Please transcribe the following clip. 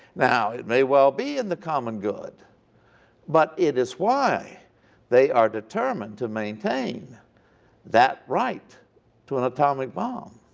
now it may well be in the common good but it is why they are determined to maintain that right to an atomic bomb.